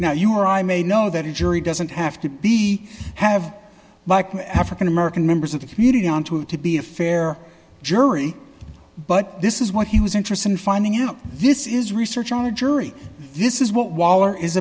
now you or i may know that a jury doesn't have to be have like african american members of the community on to it to be a fair jury but this is what he was interested in finding out this is research on a jury this is